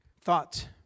thoughts